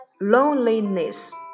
Loneliness